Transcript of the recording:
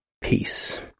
Peace